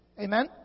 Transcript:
Amen